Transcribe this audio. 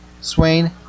Swain